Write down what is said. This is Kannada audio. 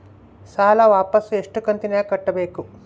ಸಾಲ ವಾಪಸ್ ಎಷ್ಟು ಕಂತಿನ್ಯಾಗ ಕಟ್ಟಬೇಕು?